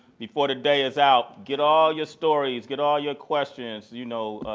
before the day is out, get all your stories, get all your questions, you know,